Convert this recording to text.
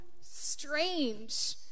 strange